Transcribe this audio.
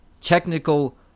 technical